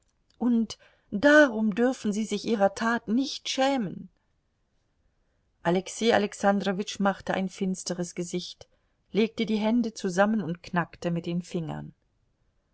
und darum dürfen sie sich ihrer tat nicht schämen alexei alexandrowitsch machte ein finsteres gesicht legte die hände zusammen und knackte mit den fingern